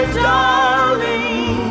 darling